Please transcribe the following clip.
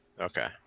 Okay